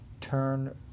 turn